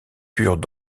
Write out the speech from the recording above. purent